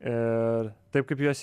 ir taip kaip juos